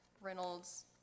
Reynolds